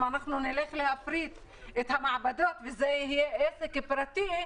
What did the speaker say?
אם אנחנו נלך להפריט את המעבדות וזה יהיה עסק פרטי,